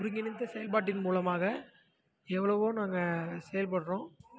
ஒருங்கிணைந்த செயல்பாட்டின் மூலமாக எவ்வளவோ நாங்கள் செயல்படுகிறோம்